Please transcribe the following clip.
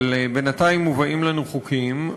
אבל בינתיים מובאים לנו חוקים,